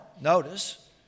notice